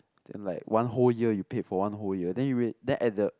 then like one whole year you paid for one whole year then you wait then at the